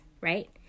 right